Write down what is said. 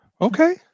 Okay